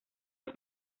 los